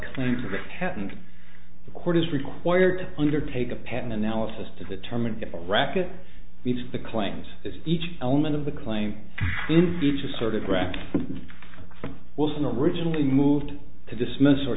claims that happened the court is required under take a patent analysis to determine if a racquet meets the claims is each element of the claim in future sort of grab wilson originally moved to dismiss or